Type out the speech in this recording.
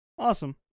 Awesome